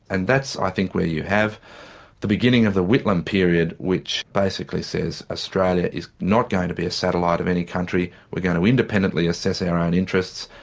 and that's i think where you have the beginning of the whitlam period which basically says australia is not going to be a satellite of any country, we're going to independently assess our own interests,